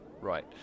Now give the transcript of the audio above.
Right